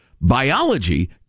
Biology